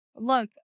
look